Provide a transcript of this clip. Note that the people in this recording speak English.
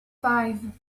five